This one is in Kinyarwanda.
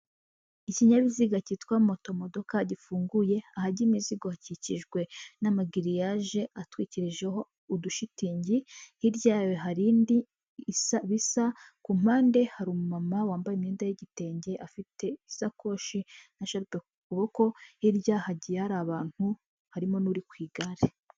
Ikinyabiziga cyitwa moto modoka gifunguye, ahajya imizigo hakikijwe n'amagiriyaje atwikirijeho udushitingi, hirya yayo hari indi isa bisa, ku mpande hari umumama wambaye imyenda y'igitenge afite isakoshi na sharupe ku kuboko, hirya hagiye hari abantu harimo n'uri ku igare.